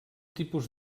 tipus